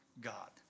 God